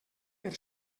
per